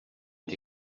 est